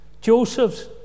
Joseph's